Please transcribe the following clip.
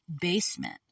basement